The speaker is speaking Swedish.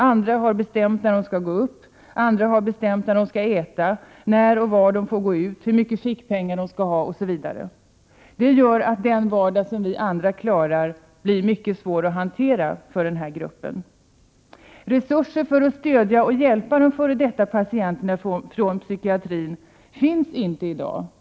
Andra har bestämt när de skall stiga upp, när de skall äta, när och var de får gå ut, hur mycket | fickpengar de skall ha, osv. Detta gör att den vardag som vi andra klarar blir mycket svår att hantera för den här gruppen. Resurser för att stödja och 49 Prot. 1988/89:105 hjälpa f.d. patienter vid psykiatriska institutioner finns inte i dag.